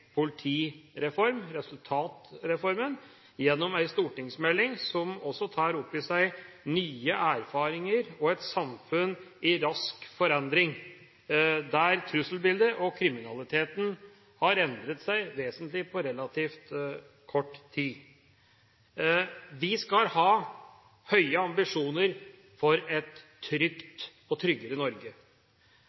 politireform, resultatreformen, gjennom en stortingsmelding som også tar opp i seg nye erfaringer og et samfunn i rask forandring, der trusselbildet og kriminaliteten har endret seg vesentlig på relativt kort tid. Vi skal ha høye ambisjoner for et trygt og tryggere Norge.